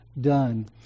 done